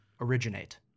originate